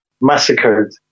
massacred